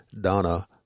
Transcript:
Donna